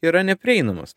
yra neprieinamos